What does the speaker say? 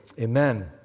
Amen